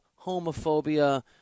homophobia